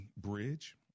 Bridge